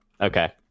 Okay